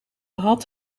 had